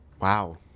Wow